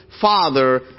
Father